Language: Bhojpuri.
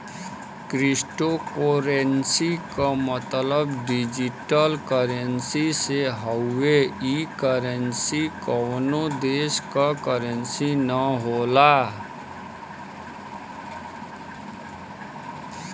क्रिप्टोकोर्रेंसी क मतलब डिजिटल करेंसी से हउवे ई करेंसी कउनो देश क करेंसी न होला